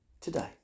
today